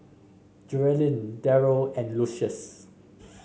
Geralyn Deryl and Lucius